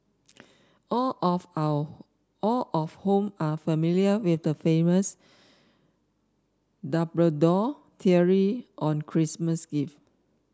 all of all all of whom are familiar with the famous Dumbledore theory on Christmas gift